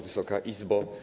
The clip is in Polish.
Wysoka Izbo!